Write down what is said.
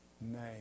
name